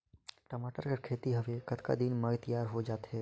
टमाटर कर खेती हवे कतका दिन म तियार हो जाथे?